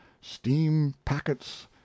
steam-packets